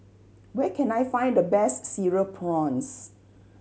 where can I find the best Cereal Prawns